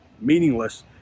meaningless